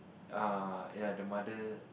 err ya the mother